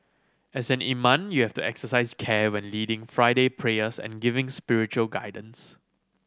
as an imam you have to exercise care when leading Friday prayers and giving spiritual guidance